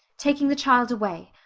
taking the child away,